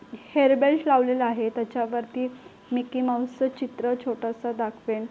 hair belt लावलेलं आहे त्याच्यावरती मिक्की माऊसचं चित्र छोटंसं दाखवेन